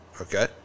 Okay